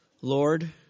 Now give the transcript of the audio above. Lord